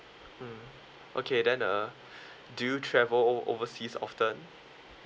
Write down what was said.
mm okay then uh do you travel o~ overseas often